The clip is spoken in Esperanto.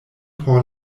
por